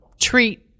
treat